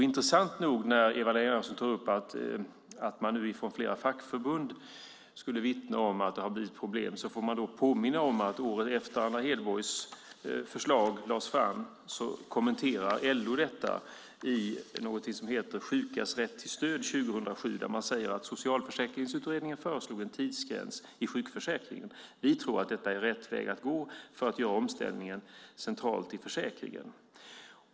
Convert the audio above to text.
Intressant nog - Eva-Lena Jansson tog upp att man nu från flera fackförbund skulle vittna om att det har blivit problem - får man påminna om att LO året efter att Anna Hedborgs förslag lades fram, 2007, kommenterar det i något som heter Sjukas rätt till stöd . Där säger man att socialförsäkringsutredningen föreslog en tidsgräns i sjukförsäkringen och att man tror att det är rätt väg att gå för att göra omställningen central i försäkringen.